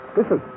listen